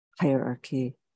hierarchy